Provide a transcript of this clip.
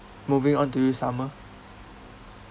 moving on to you summer